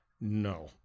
No